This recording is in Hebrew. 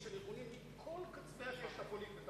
של ארגונים מכל קצווי הקשת הפוליטית.